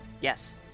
yes